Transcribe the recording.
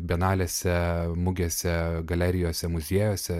bienalėse mugėse galerijose muziejuose